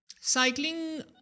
cycling